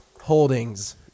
holdings